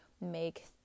make